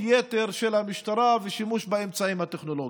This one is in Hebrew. יתר של המשטרה ועל שימוש באמצעים הטכנולוגיים.